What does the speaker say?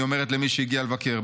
היא אומרת למי שבא לבקר,